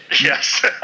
Yes